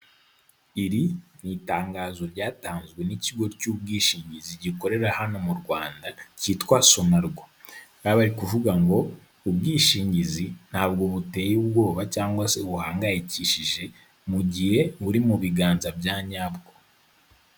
Iri ni itangazo ryatanzwe n'ikigo cy'ubwishingizi gikorera hano mu Rwanda kitwa Somarwa. Baba bari kuvuga ngo ubwishingizi ntabwo buteye ubwoba cyangwa se buhangayikishije mu gihe buri mu biganza bya nyabwo.